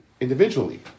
individually